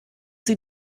sie